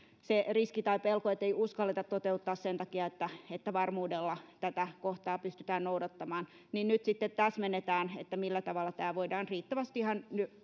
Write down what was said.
se riski tai pelko ettei uskalleta toteuttaa sen takia että että varmuudella tätä kohtaa pystytään noudattamaan niin nyt sitten täsmennetään millä tavalla tämä voidaan riittävästi ihan